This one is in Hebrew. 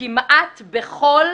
כמעט בכל